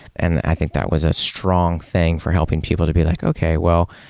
and i think that was a strong thing for helping people to be like, okay. well,